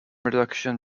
reduction